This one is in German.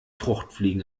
fruchtfliegen